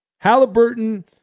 Halliburton